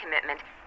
commitment